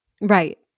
Right